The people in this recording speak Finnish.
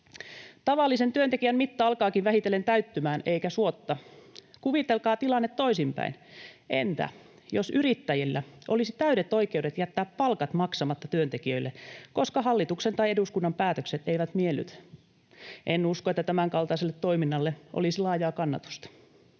Tavallisen työntekijän mitta alkaakin vähitellen täyttymään, eikä suotta. Kuvitelkaa tilanne toisinpäin: Entä jos yrittäjillä olisi täydet oikeudet jättää palkat maksamatta työntekijöille, koska hallituksen tai eduskunnan päätökset eivät miellytä. En usko, että tämän kaltaiselle toiminnalle olisi laajaa kannatusta.